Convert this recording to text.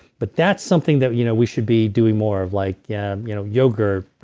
but that's something that you know we should be doing more of, like yeah you know yogurt,